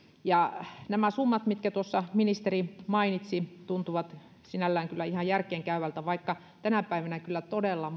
nämä summat mitkä tuossa ministeri mainitsi tuntuvat sinällään kyllä ihan järkeenkäyviltä vaikka tänä päivänä kyllä todella